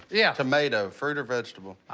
yeah tomato fruit or vegetable?